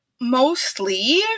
mostly